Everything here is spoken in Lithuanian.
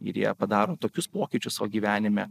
ir jie padaro tokius pokyčius savo gyvenime